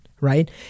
right